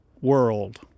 world